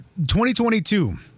2022